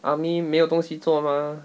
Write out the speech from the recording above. army 没有东西做吗